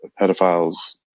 pedophile's